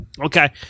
Okay